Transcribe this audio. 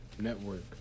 network